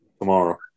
Tomorrow